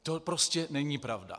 To prostě není pravda.